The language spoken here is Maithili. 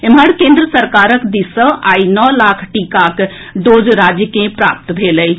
एम्हर केन्द्र सरकारक दिस सँ आई नओ लाख टीकाक डोज राज्य के प्राप्त भेल अछि